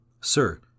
Sir